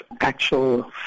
actual